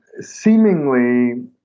seemingly